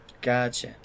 gotcha